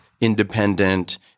independent